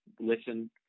listen